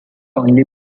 only